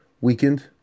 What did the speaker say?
weakened